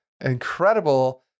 incredible